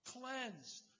Cleansed